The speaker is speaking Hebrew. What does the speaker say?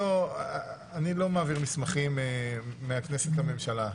אני לא מעביר מסמכים מהכנסת לממשלה,